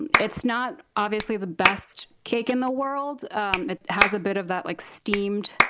and it's not obviously the best cake in the world. um it has a bit of that like steamed,